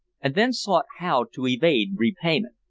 and then sought how to evade repayment.